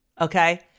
Okay